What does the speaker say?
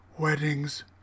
weddings